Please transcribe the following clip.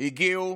הגיעו